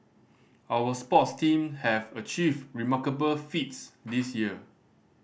our sports team have achieved remarkable feats this year